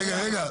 רגע, רגע.